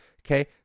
Okay